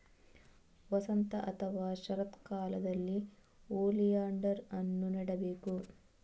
ವಸಂತ ಅಥವಾ ಶರತ್ಕಾಲದಲ್ಲಿ ಓಲಿಯಾಂಡರ್ ಅನ್ನು ನೆಡಬೇಕು